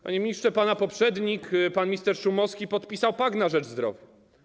Panie ministrze, pana poprzednik pan minister Szumowski podpisał pakt na rzecz zdrowia.